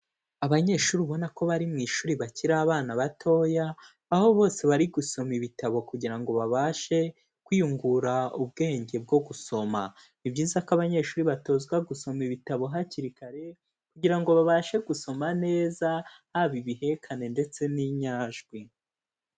Abanyeshuri ubona ko bari mu ishuri bakiri abana batoya, aho bose bari gusoma ibitabo kugira ngo babashe kwiyungura ubwenge bwo gusoma, ni byiza ko abanyeshuri batozwa gusoma ibitabo hakiri kare kugira ngo babashe gusoma neza haba ibihekane ndetse n'inyajwi.